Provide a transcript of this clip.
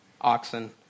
oxen